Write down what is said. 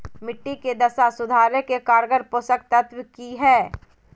मिट्टी के दशा सुधारे के कारगर पोषक तत्व की है?